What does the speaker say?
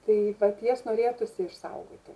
tai vat jas norėtųsi išsaugoti